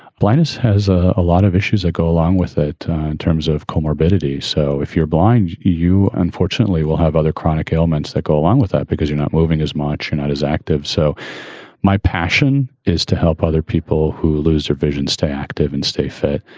blindness has a lot of issues that go along with it in terms of co-morbidities. so if you're blind, you unfortunately will have other chronic ailments that go along with that because you're not moving as much, and not as active. so my passion is to help other people who lose their vision, stay active and stay fit.